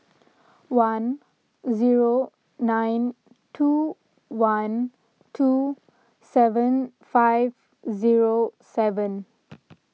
one zero nine two one two seven five zero seven